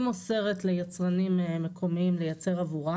היא מוסרת ליצרנים מקומיים לייצר עבורה